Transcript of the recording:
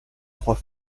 trois